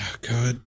god